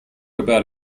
about